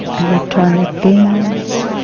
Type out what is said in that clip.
electronic games,